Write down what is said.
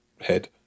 head